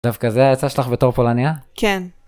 דווקא זה העצה שלך בתור פולניה? כן.